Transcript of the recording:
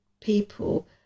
people